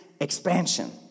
expansion